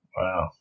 Wow